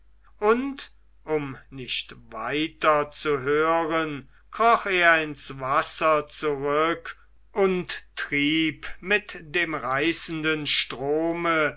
und um nicht weiter zu hören kroch er ins wasser zurück und trieb mit dem reißenden strome